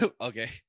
Okay